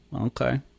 okay